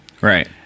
Right